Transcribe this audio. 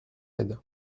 aide